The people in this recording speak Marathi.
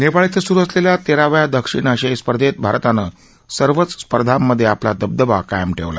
नेपाळ इथं सुरू असलेल्या तेराव्या दक्षिण आशियायी स्पर्धेत भारतानं सर्वच स्पर्धांमध्ये आपला दबदबा कायम ठेवला